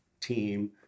team